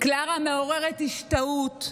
קלרה מעוררת השתאות.